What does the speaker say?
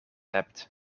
hebt